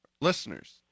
listeners